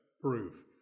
proof